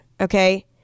okay